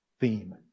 theme